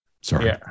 Sorry